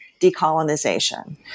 decolonization